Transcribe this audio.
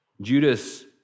Judas